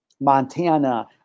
Montana